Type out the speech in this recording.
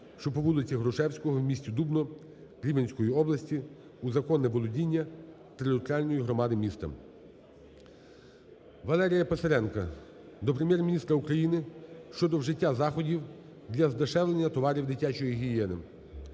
що по вулиці Грушевського в місті Дубно Рівненської області у законне володіння територіальної громади міста. Валерія Писаренка до Прем'єр-міністра України щодо вжиття заходів для здешевлення товарів дитячої гігієни.